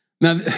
Now